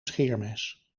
scheermes